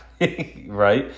right